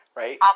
right